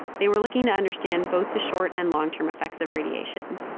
they were looking to understand both the short and long-term effects of radiation.